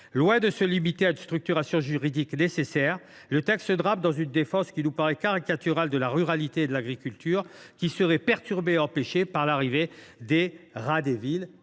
Loin de se limiter à une structuration juridique nécessaire, le texte se drape dans une défense qui nous paraît caricaturale de la ruralité et de l’agriculture qui serait perturbée et empêchée par l’arrivée des rats des villes.